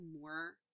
more